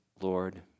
Lord